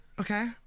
okay